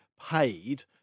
paid